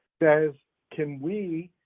says can we,